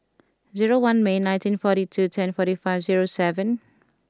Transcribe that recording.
zero one May nineteen forty two ten forty five zero seven